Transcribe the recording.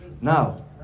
Now